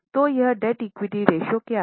तो डेब्ट equity ratio क्या है